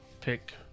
pick